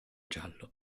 giallo